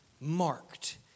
marked